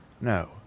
no